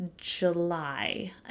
July